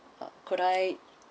uh could I